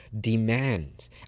demands